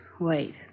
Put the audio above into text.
Wait